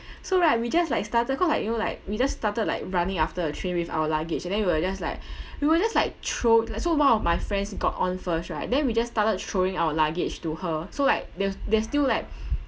so right we just like started cause like you know like we just started like running after the train with our luggage and then we were just like we were just like throwed like so one of my friends got on first right then we just started throwing our luggage to her so like there's there's still like